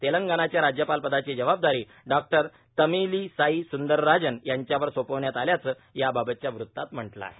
तेलंगणाच्या राज्यपालपदाची जबाबदारी डॉक्टर तमिलीसाई सुंदरराजन यांच्यावर सोपवण्यात आल्याचं याबाबतच्या वृत्तात म्हटलं आहे